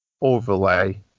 overlay